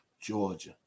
georgia